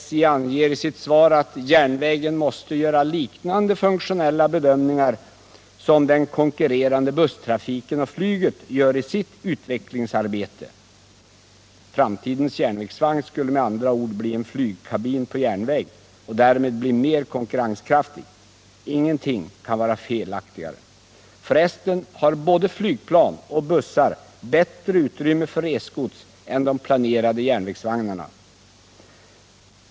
SJ anger i sitt svar att järnvägen måste göra liknande funktionella bedömningar som den konkurrerande busstrafiken och flyget gör i sitt utvecklingsarbete. Framtidens järnvägsvagn skulle med andra ord bli en flygkabin på järnväg och därmed bli mer konkurrenskraftig! Ingenting kan vara felaktigare. För resten har både flygplan och bussar bättre utrymmen för resgods än de planerade järnvägsvagnarna.